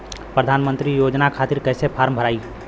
प्रधानमंत्री योजना खातिर कैसे फार्म भराई?